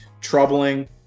troubling